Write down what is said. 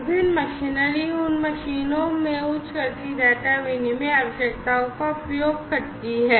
विभिन्न मशीनरी उन मशीनों में उच्च गति डेटा विनिमय आवश्यकताओं का उपयोग करती हैं